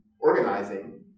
organizing